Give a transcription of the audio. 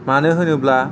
मानो होनोब्ला